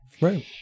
Right